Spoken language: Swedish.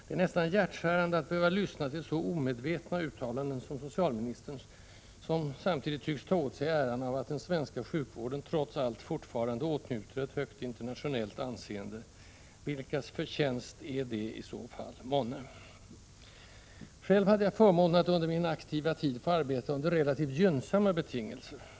Det är nästan hjärtskärande att behöva lyssna till så omedvetna uttalanden från socialministern, som tycks ta åt sig äran av den svenska sjukvården trots allt fortfarande åtnjuter ett högt internationellt anseende. Vilkas förtjänst är det i så fall, månne? Själv hade jag förmånen att under min aktiva tid få arbeta under relativt gynnsamma betingelser.